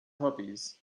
puppies